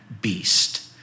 beast